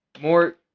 more